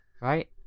right